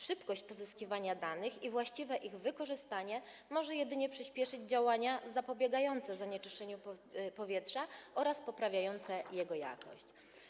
Szybkość pozyskiwania danych i właściwe ich wykorzystanie może jedynie przyspieszyć działania zapobiegające zanieczyszczeniu powietrza oraz poprawiające jego jakość.